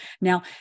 Now